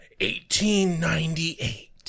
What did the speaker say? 1898